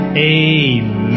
Amen